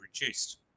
reduced